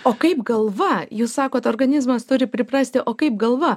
o kaip galva jūs sakot organizmas turi priprasti o kaip galva